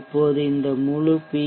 இப்போது இந்த முழு பி